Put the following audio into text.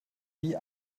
wie